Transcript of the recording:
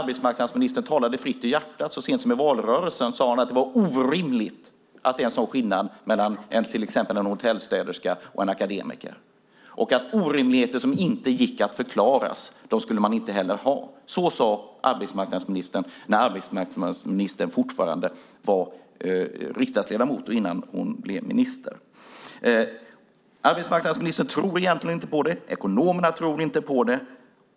Så sent som i valrörelsen talade hon fritt ur hjärtat och sade då att det var orimligt med en sådan skillnad mellan till exempel en hotellstäderska och en akademiker och att orimligheter som inte gick att förklara skulle man inte heller ha. Så sade arbetsministern när hon fortfarande var riksdagsledamot, innan hon blev minister. Arbetsmarknadsministern tror egentligen inte på en differentiering. Ekonomerna tror inte på den.